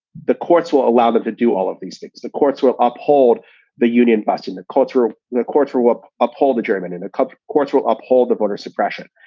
the courts will allow them to do all of these things the courts will uphold the union busting. the culture of the court, threw up, uphold the german, and a couple of courts will uphold the voter suppression.